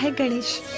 ah ganesh,